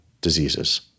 diseases